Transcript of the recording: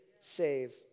save